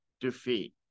defeat